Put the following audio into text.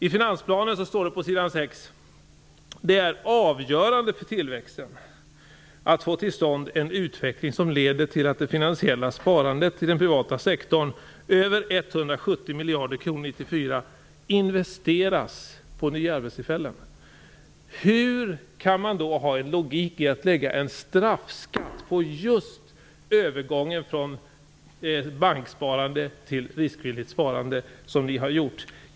I finansplanen står det på s. 6: "Det är avgörande för tillväxten att få till stånd en utveckling som leder till att det finansiella sparandet i den privata sektorn - över 170 miljarder kronor 1994 - investeras och skapar nya arbetstillfällen." Hur kan det då vara logiskt att lägga en straffskatt på just övergången från banksparande till riskvilligt sparande, som ni har gjort?